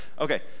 Okay